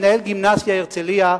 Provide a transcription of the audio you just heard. מנהל גימנסיה "הרצליה",